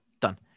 Done